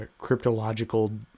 cryptological